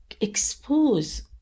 expose